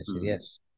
yes